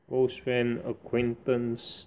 close friend acquaintance